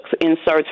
inserts